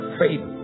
faith